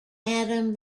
adam